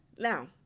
Now